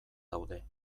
daude